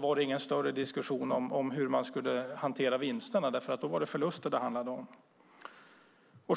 var det ingen större diskussion om hur man skulle hantera vinster, för då var det förluster som det handlade om.